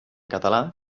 català